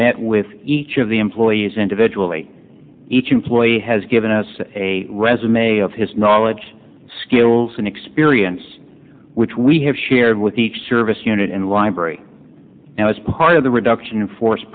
met with each of the employees individually each employee has given us a resume of his knowledge skills and experience which we have shared with each service unit in library now as part of the reduction in force